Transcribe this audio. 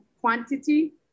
quantity